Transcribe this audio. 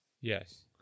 Yes